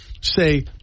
say